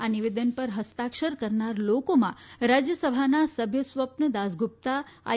આ નિવેદન પર ફસ્તાક્ષર કરનાર લોકોમાં રાજ્યસભાના સભ્ય સ્વપન દાસગુપ્તા આઈ